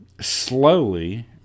slowly